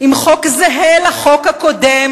עם חוק זהה לחוק הקודם,